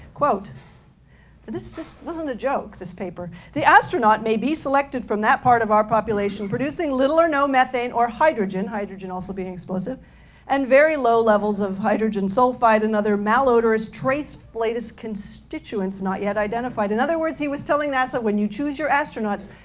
this this wasn't a joke, this paper the astronaut maybe selected from that part of population producing little or no methane or hydrogen hydrogen also being explosive and very low levels of hydrogen sulfide and other malodorous trace flatus constituents not yet identified in other words, he was telling nasa when you choose your astronauts,